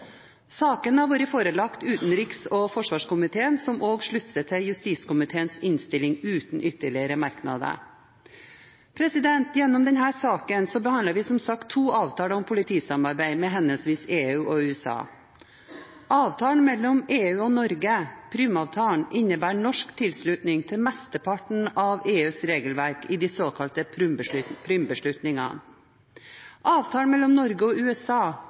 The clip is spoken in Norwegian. Saken har vært forelagt utenriks- og forsvarskomiteen, som slutter seg til justiskomiteens innstilling uten ytterligere merknader. Gjennom denne saken behandler vi som sagt to avtaler om politisamarbeid, med henholdsvis EU og USA. Avtalen mellom EU og Norge – Prüm-avtalen – innebærer norsk tilslutning til mesteparten av EUs regelverk i de såkalte Prüm-beslutningene. Avtalen mellom Norge og USA